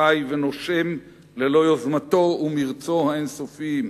חי ונושם ללא יוזמתו ומרצו האין-סופיים.